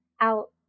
out